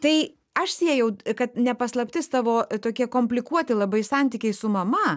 tai aš siejau kad ne paslaptis tavo tokie komplikuoti labai santykiai su mama